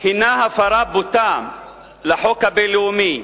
הפרה בוטה של החוק הבין-לאומי,